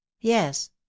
yes